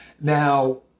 Now